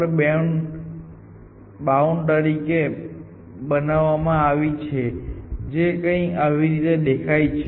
આ કિસ્સામાં આપણે અહીં જે બાઉન્ડ્રીની વાત કરી રહ્યા છીએ જેને u અપર બાઉન્ડ થી બનાવવામાં આવી છે તે કંઈક આવી દેખાય છે